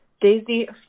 Daisy